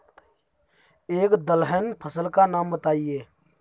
एक दलहन फसल का नाम बताइये